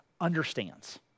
understands